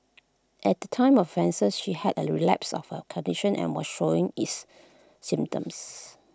at the time of offense she had A relapse of her condition and was showing its symptoms